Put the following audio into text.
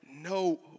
no